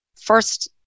first